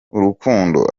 urukundo